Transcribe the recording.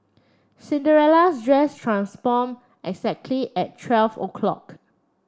Cinderella's dress transform exactly at twelve o'clock